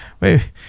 wait